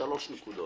שלוש נקודות: